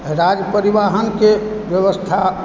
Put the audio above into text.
राज्य परिवहनके व्यवस्था